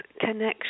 connection